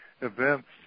events